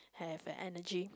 have the energy